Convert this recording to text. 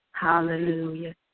Hallelujah